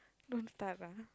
don't start ah